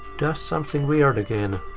does something weird again.